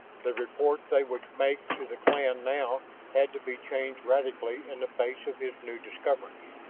the report they would make to the clan now had to be changed radically in the face of his new discoveries.